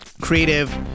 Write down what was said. creative